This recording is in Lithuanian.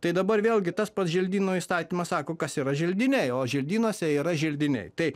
tai dabar vėlgi tas pats želdynų įstatymas sako kas yra želdiniai o želdynuose yra želdiniai tai